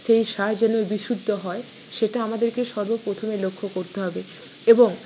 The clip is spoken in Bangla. সেই সার যেন বিশুদ্ধ হয় সেটা আমাদেরকে সর্ব প্রথমে লক্ষ করতে হবে এবং